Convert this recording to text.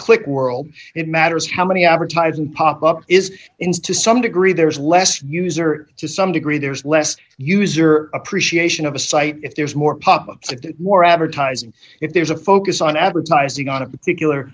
click world it matters how many advertising pop up is insta some degree there is less user to some degree there's less user appreciation of a site if there's more pubs and more advertising if there's a focus on advertising on a particular